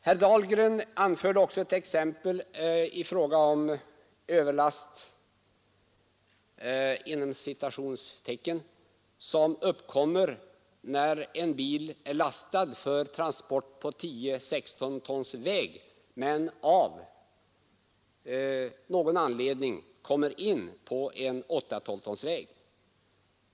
Herr Dahlgren anförde också ett exempel i fråga om ”överlast” som uppkommer när en bil är lastad för trafik på 10 12 tons väg.